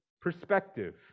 perspective